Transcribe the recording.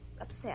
upset